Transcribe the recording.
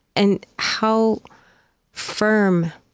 and how firm